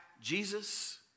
Jesus